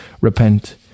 Repent